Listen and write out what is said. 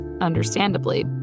understandably